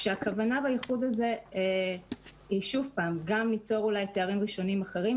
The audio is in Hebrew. שהכוונה באיחוד הזה היא גם ליצור תארים ראשונים אחרים,